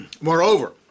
Moreover